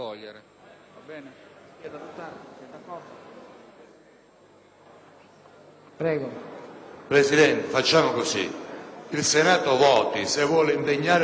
Presidente, facciamo così: il Senato voti se vuole impegnare il Governo a ripristinare questi fondi oppure no!